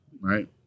Right